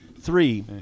three